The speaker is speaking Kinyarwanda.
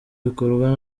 bikorwa